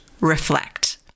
Reflect